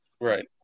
Right